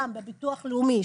גם בביטוח לאומי,